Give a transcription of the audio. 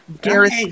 Gareth